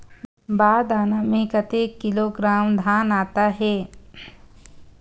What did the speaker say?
बार दाना में कतेक किलोग्राम धान आता हे?